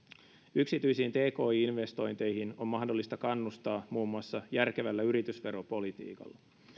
yksityisiin tki investointeihin on mahdollista kannustaa muun muassa järkevällä yritysveropolitiikalla